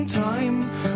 time